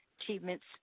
achievements